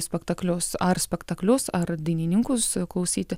spektaklius ar spektaklius ar dainininkus klausyti